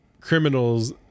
criminals